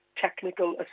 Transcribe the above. technical